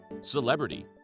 celebrity